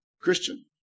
Christian